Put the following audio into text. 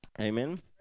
Amen